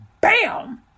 bam